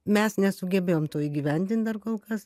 mes nesugebėjom to įgyvendint dar kol kas